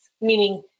meaning